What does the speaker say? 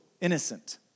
innocent